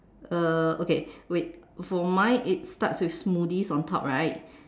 uh okay wait for mine it starts with smoothies on top right